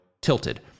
tilted